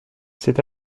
cet